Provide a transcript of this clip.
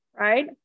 right